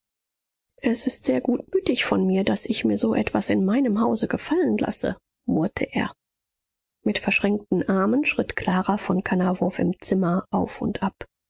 es ist sehr gutmütig von mir daß ich mir so etwas in meinem hause gefallen lasse murrte er mit verschränkten armen schritt clara von kannawurf im zimmer auf und ab